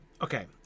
Okay